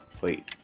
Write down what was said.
Wait